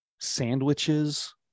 sandwiches